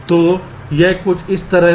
तो यह कुछ इस तरह था